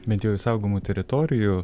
bent jau į saugomų teritorijų